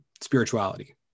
spirituality